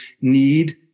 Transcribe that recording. need